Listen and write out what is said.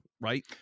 right